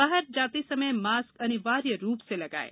बाहर जाते समय मास्क अनिवार्य रूप से लगाएँ